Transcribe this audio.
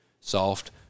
soft